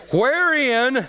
wherein